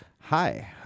Hi